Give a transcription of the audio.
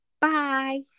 Bye